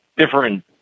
Different